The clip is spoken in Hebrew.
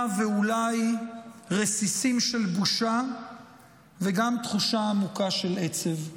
ואולי רסיסים של בושה וגם תחושה עמוקה של עצב.